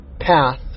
path